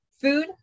food